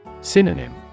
Synonym